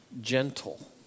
Gentle